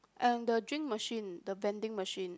and the drink machine the vending machine